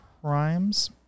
crimes